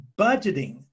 budgeting